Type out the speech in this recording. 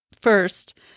First